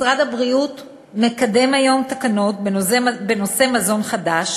משרד הבריאות מקדם היום תקנות בנושא מזון חדש,